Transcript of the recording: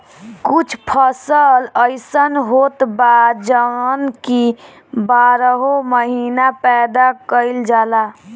कुछ फसल अइसन होत बा जवन की बारहो महिना पैदा कईल जाला